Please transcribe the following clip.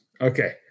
Okay